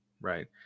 right